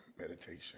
meditation